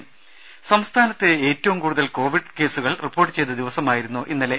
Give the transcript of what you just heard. രുമ സംസ്ഥാനത്ത് ഏറ്റവും കൂടുതൽ കൊവിഡ് കേസുകൾ റിപ്പോർട്ട് ചെയ്ത ദിവസമായിരുന്നു ഇന്നലെ